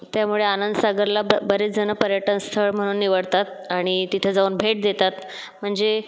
त्यामुळे आनंदसागरला ब बरेचजण पर्यटनस्थळ म्हणून निवडतात आणि तिथं जाऊन भेट देतात म्हणजे